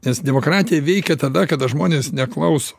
nes demokratija veikia tada kada žmonės neklauso